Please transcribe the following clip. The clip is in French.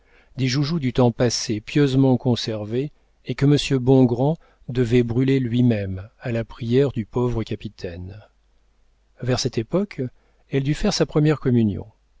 des joujoux du temps passé pieusement conservés et que monsieur bongrand devait brûler lui-même à la prière du pauvre capitaine vers cette époque elle dut faire sa première communion